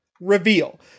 reveal